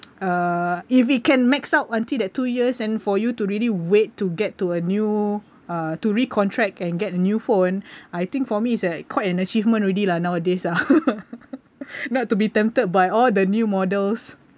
uh if it can max out until that two years and for you to really wait to get to a new uh to re-contract and get a new phone I think for me is like quite an achievement already lah nowadays ah not to be tempted by all the new models